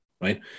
Right